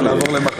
מה, נעבור למכות?